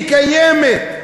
היא קיימת.